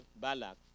Balak